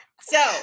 So-